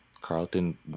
carlton